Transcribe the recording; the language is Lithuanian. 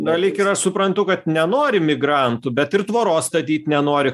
na lyg ir aš suprantu kad nenori migrantų bet ir tvoros statyti nenori